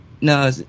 no